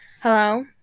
Hello